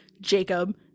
Jacob